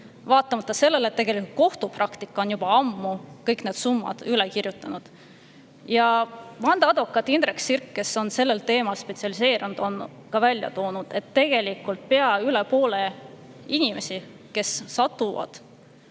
vaatamata sellele, et kohtupraktika on juba ammu kõik need summad üle kirjutanud. Vandeadvokaat Indrek Sirk, kes on sellele teemale spetsialiseerunud, on ka välja toonud, et tegelikult pea üle poole inimestest, kes satuvad